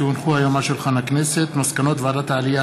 כי הונחו היום על שולחן הכנסת מסקנות ועדת העלייה,